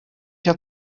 der